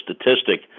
statistic